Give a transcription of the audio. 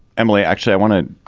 emily actually i want to.